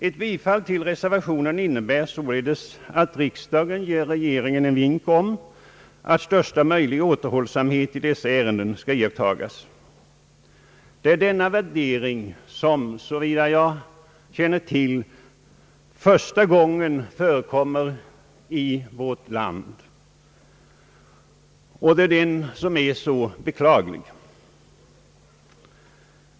Ett bifall till reservationen innebär således att riksdagen ger regeringen en vink om att största möjliga återhållsamhet i dessa ärenden skall iakttagas. Såvitt jag känner till är det första gången riksdagen gör denna värdering i vårt land, och den är mycket beklaglig.